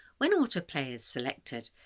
when autoplay is selected,